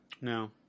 no